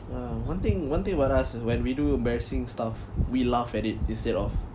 uh one thing one thing about us is when we do embarrassing stuff we laugh at it instead of